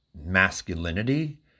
masculinity